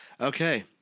Okay